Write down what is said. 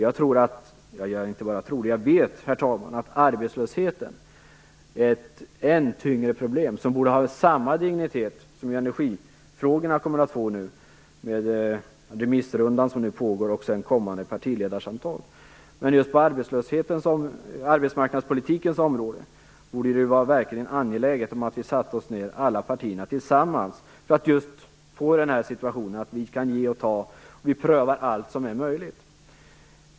Jag tror - jag inte bara tror, jag vet, herr talman - att arbetslösheten är ett än tyngre problem, som borde ha samma dignitet som energifrågorna kommer att få genom den pågående remissrundan och kommande partisamtal. Just på arbetsmarknadspolitikens område är det verkligen angeläget att vi sätter oss ned, alla partier tillsammans, för att få en situation där vi kan ge och ta och pröva allt som är möjligt.